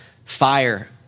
Fire